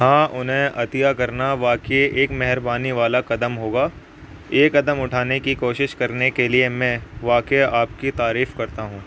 ہاں انہیں عطیہ کرنا واقعی ایک مہربانی والا قدم ہوگا یہ قدم اٹھانے کی کوشش کرنے کے لیے میں واقع آپ کی تعریف کرتا ہوں